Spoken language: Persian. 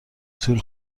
طول